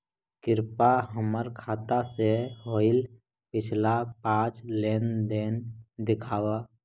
कृपा हमर खाता से होईल पिछला पाँच लेनदेन दिखाव